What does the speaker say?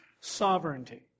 sovereignty